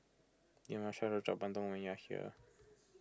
you must try Rojak Bandung when you are here